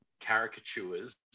caricatures